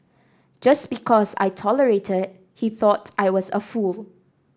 just because I tolerated he thought I was a fool